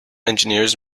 engineers